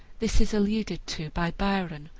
this is alluded to by byron,